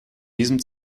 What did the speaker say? diesem